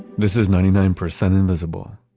this is ninety nine percent invisible.